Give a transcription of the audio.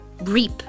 reap